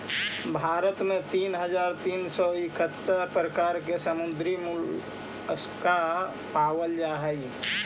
भारत में तीन हज़ार तीन सौ इकहत्तर प्रकार के समुद्री मोलस्का पाबल जा हई